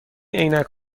عینک